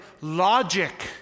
logic